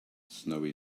snowy